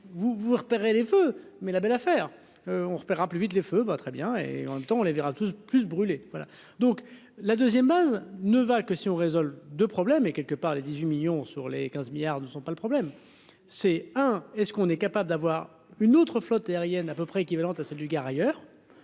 vous repérer les feux mais la belle affaire, on paiera plus vite les feux ben très bien et en même temps on les verra tous plus voilà donc la deuxième base ne va que si on résolve de problèmes et quelque part, les 18 millions sur les 15 milliards ne sont pas le problème, c'est un est ce qu'on est capable d'avoir une autre flotte aérienne à peu près équivalente à celle du Gard ailleurs